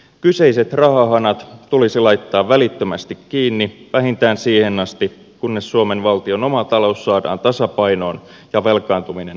kyseiset rahahanat tulisi laittaa välittömästi kiinni vähintään siihen asti kunnes suomen valtion oma talous saadaan tasapainoon ja velkaantuminen hallintaan